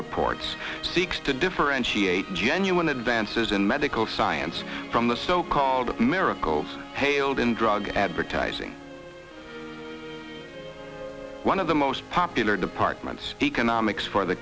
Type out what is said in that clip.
reports seeks to differentiate genuine advances in medical science from the so called miracles paled in drug advertising one of the most popular departments economics for the